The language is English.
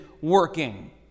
working